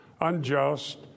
unjust